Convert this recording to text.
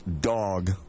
dog